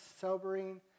sobering